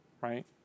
Right